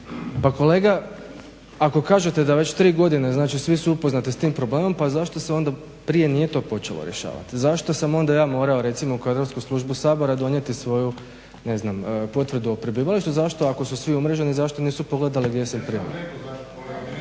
Pa kolega ako kažete da već tri godine znači svi su upoznati sa tim problemom pa zašto se onda nije prije to počelo rješavati, zašto sam ja onda morao recimo kadrovsku službu Sabora donijeti svoju ne znam potvrdu o prebivalištu zašto ako su svi umreženi, zašto nisu pogledali gdje sam prijavljen.